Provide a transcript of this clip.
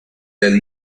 del